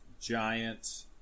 giant